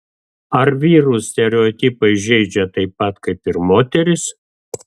ar vyrus stereotipai žeidžia taip pat kaip ir moteris